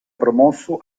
promosso